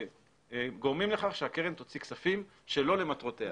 גורמים לכך שהקרן תוציא כספים שלא למטרותיה.